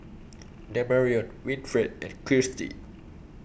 Damarion Winfred and Kirstie